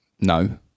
no